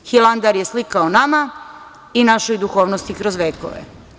Hilandar je slikao nama i našoj duhovnosti kroz vekove.